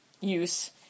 use